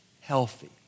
healthy